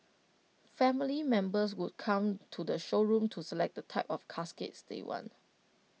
family members would come to the showroom to select the type of caskets they want